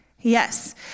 Yes